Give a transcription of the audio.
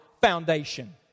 foundation